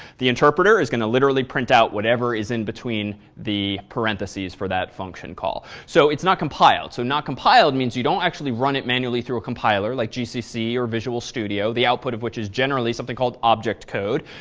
the interpreter is going to literally print out whatever is between the parentheses for that function call. so it's not compiled. so not compiled means you don't actually run it manually through a compiler like gcc or visual studio, the output of which is generally something called object code,